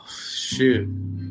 shoot